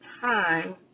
time